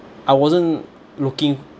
I wasn't looking